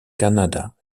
kannada